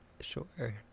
Sure